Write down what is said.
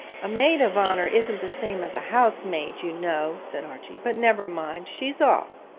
a maid of honour isn't the same as a housemaid, you know said archie but never mind she's off.